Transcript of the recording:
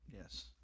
Yes